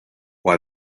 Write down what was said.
why